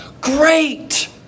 Great